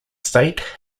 state